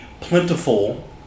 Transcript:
plentiful